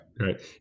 right